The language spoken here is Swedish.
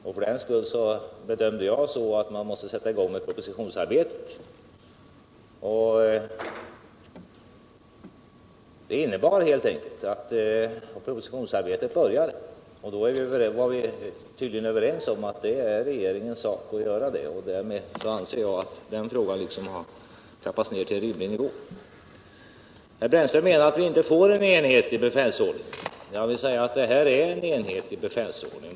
Av den anledningen bedömde jag det så att man måste sätta i gång propositionsarbetet, och eftersom vi gjorde det var vi tydligen överens om att detta var regeringens sak att göra. Därmed anser jag att den frågan har trappats ner till en rimlig nivå. Herr Brännström menar att vi med det föreslagna systemet inte kommer att få en enhetlig befälsordning. Jag vill emellertid hävda att förslaget innebär en enhetlig befälsordning.